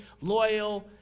loyal